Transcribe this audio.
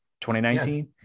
2019